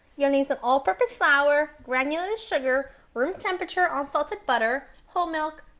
you'll need some all purpose flour, granulated sugar, room temperature un-salted butter, whole milk,